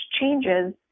changes